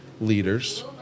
leaders